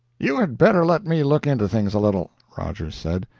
you had better let me look into things a little, rogers said,